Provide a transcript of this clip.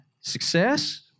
success